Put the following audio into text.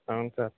అవును సార్